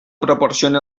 proporciona